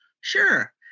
Sure